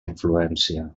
influència